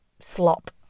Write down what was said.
slop